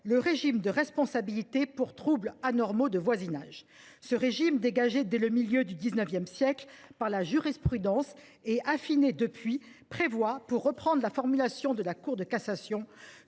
le régime de responsabilité pour troubles anormaux de voisinage. Ce régime, dégagé dès le milieu du XIX siècle par la jurisprudence, et affiné depuis, prévoit, pour reprendre la formulation de la Cour de cassation,